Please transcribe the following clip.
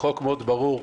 חוק מאוד ברור.